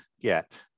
get